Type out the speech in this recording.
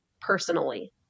personally